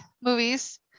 movies